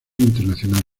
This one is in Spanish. internacional